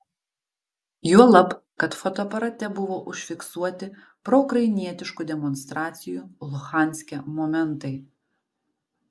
juolab kad fotoaparate buvo užfiksuoti proukrainietiškų demonstracijų luhanske momentai